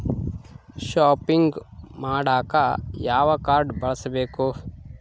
Shopping ಮಾಡಾಕ ಯಾವ card ಬಳಸಬೇಕು?